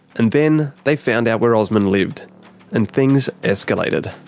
and then they found out where osman lived and things escalated.